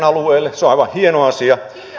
se on aivan hieno asia